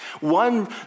One